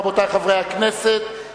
רבותי חברי הכנסת,